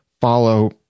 follow